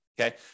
Okay